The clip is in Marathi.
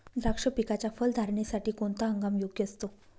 द्राक्ष पिकाच्या फलधारणेसाठी कोणता हंगाम योग्य असतो?